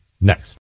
Next